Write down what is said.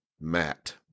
Matt